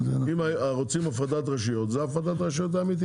אם רוצים הפרדת רשויות, זו הפרדת רשויות אמיתית.